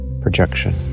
projection